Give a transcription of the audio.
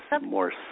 more